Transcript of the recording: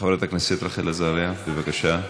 חברת הכנסת רחל עזריה, בבקשה.